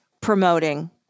promoting